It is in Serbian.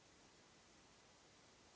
Hvala